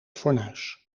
fornuis